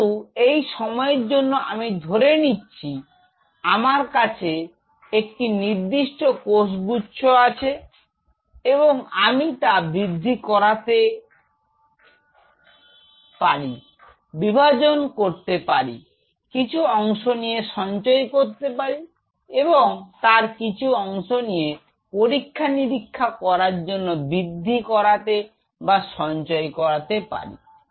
কিন্তু এই সময়ের জন্য আমি ধরে নিচ্ছি আমার কাছে একটি নির্দিষ্ট কোষ গুচ্ছ আছে এবং আমি তা বৃদ্ধি করাতে পারি বিভাজন করতে পারি কিছু অংশ নিয়ে সঞ্চয় করতে পারি এবং তার কিছু অংশ নিয়ে পরীক্ষা নিরীক্ষা করার জন্য বৃদ্ধি করাতে বা সঞ্চয় করাতে পারি